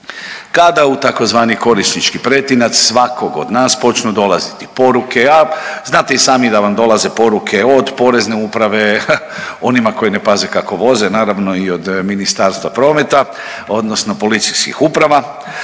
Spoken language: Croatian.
Kada u tzv. korisnički pretinac svakog od nas počnu dolaziti poruke, a znate i sami da vam dolaze poruke od Porezne uprave, onima koji ne paze kako voze naravno i od Ministarstva prometa odnosno policijskih uprava,